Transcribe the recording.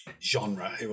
Genre